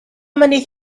many